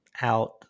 out